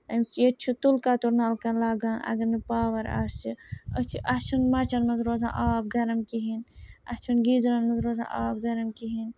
اَمہِ ییٚتہِ چھُ تُلکَتُر نَلکَن لَگان اَگر نہٕ پاوَر آسہِ أسۍ چھِ اَسہِ چھُنہٕ مَچَن منٛز روزان آب گرم کِہیٖنۍ اَسہِ چھُنہٕ گیٖزرَن منٛز روزان آب گرم کِہیٖنۍ